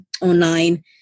online